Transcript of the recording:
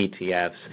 ETFs